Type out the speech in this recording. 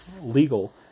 legal